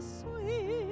sweet